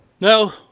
No